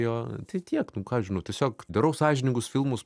jo tai tiek nu ką žinau tiesiog darau sąžiningus filmus